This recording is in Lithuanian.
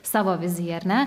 savo viziją ar ne